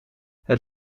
het